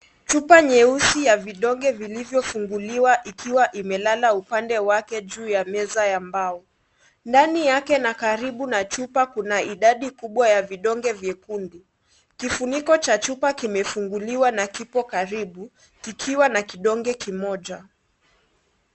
Chupa nyeusi ya vidonge vilivyofunguliwa ikiwa imelala upande wake juu ya meza ya mbao. Ndani yake na karibu ya chupa kuna idadi kubwa ya vidonge viekundu. Kifuniko cha chupa kimefunguliwa na kiko karibu kikiwa na kidonge kimoja.